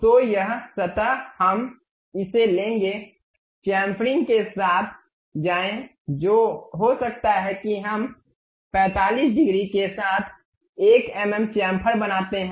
तो यह सतह हम इसे लेंगे चम्फरिंग के साथ जाएं हो सकता है कि हम 45 डिग्री के साथ 1 एमएम चेम्फर बनाते हैं